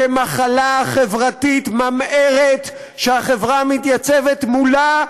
כאל מחלה חברתית ממארת שהחברה מתייצבת מולה,